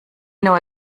nur